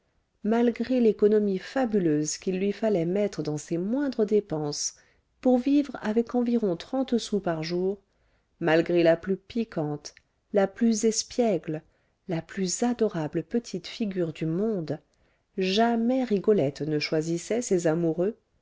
malgré l'économie fabuleuse qu'il lui fallait mettre dans ses moindres dépenses pour vivre avec environ trente sous par jour malgré la plus piquante la plus espiègle la plus adorable petite figure du monde jamais rigolette ne choisissait ses amoureux